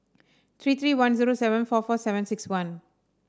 three three one zero seven four four seven six one